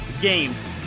games